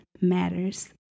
Matters